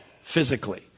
physically